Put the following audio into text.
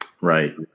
Right